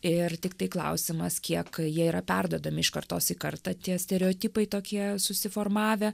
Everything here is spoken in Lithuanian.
ir tiktai klausimas kiek jie yra perduodami iš kartos į kartą tie stereotipai tokie susiformavę